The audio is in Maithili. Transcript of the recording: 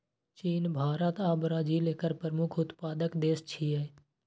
चीन, भारत आ ब्राजील एकर प्रमुख उत्पादक देश छियै